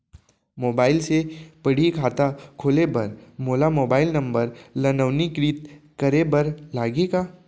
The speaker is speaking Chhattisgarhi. मोबाइल से पड़ही खाता खोले बर मोला मोबाइल नंबर ल नवीनीकृत करे बर लागही का?